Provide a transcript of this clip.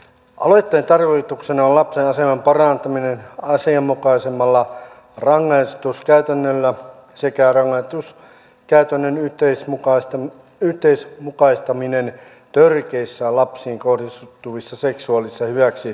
aloitteen tarkoituksena on lapsen aseman parantaminen asianmukaisemmalla rangaistuskäytännöllä sekä rangaistuskäytännön yhdenmukaistaminen törkeissä lapsiin kohdistuvissa seksuaalisissa hyväksikäyttörikoksissa